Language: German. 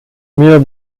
mir